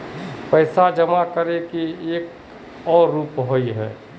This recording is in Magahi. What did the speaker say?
पैसा जमा करे के एक आर रूप होय है?